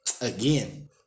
Again